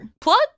Plug